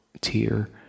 tier